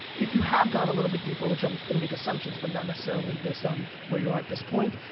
if you have gone a little bit deeper, which i'm gonna make assumptions, but not necessarily based on where you are at this point.